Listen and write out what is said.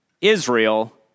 Israel